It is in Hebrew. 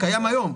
הקיים היום,